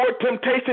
temptation